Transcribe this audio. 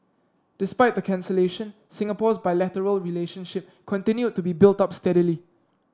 despite the cancellation Singapore's bilateral relationship continued to be built up steadily